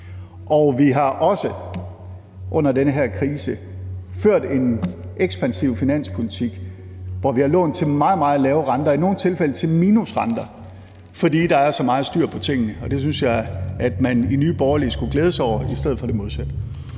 Vi har også under den her krise ført en ekspansiv finanspolitik, hvor vi har lånt til meget, meget lave renter, i nogle tilfælde til minusrenter, fordi der er så meget styr på tingene. Det synes jeg at man i Nye Borgerlige skulle glæde sig over i stedet for det modsatte.